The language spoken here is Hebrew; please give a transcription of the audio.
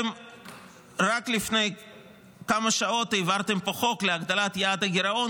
רק לפני כמה שעות הבהרתם פה חוק להגדלת יעד הגירעון